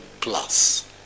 plus